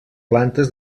plantes